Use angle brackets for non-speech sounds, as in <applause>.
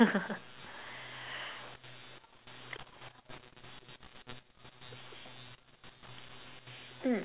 <laughs> mm